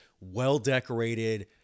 well-decorated